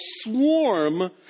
swarm